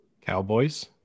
Cowboys